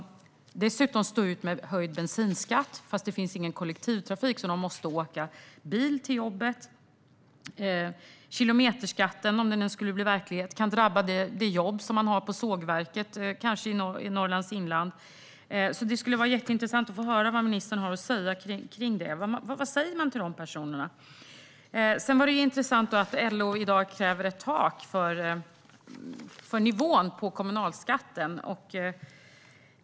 Hur ska de dessutom stå ut med höjd bensinskatt när de måste åka bil till jobbet eftersom det inte finns någon kollektivtrafik? Kilometerskatten kan, om den skulle bli verklighet, till exempel drabba de anställda på sågverk i Norrlands inland. Det skulle vara jätteintressant att få höra vad ministern har att säga om det här. Vad säger man till dessa personer? Det är också intressant att LO i dag kräver ett tak för nivån på kommunalskatten.